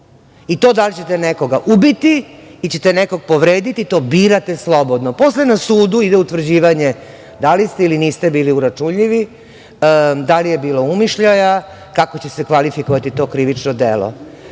I to da li ćete nekoga ubiti ili ćete nekoga povrediti to birate slobodno. Posle na sudu ide utvrđivanje da li ste ili niste bili uračunljivi, da li je bilo umišljaja, kako će se kvalifikovati to krivično delo,